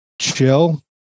chill